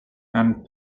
and